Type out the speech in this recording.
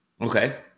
Okay